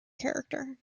character